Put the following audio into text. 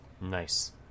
Nice